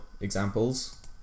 examples